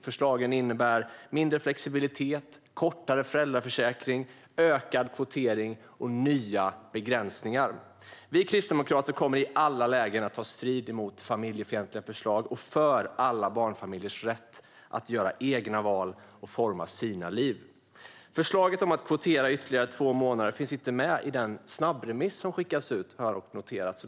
Förslagen innebär mindre flexibilitet, kortare föräldraförsäkring, ökad kvotering och nya begränsningar. Vi kristdemokrater kommer i alla lägen att ta strid mot familjefientliga förslag och för alla barnfamiljers rätt att göra egna val och forma sina liv. Förslaget om att kvotera ytterligare två månader finns inte med i den snabbremiss som skickas ut, har jag noterat.